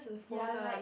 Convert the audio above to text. ya like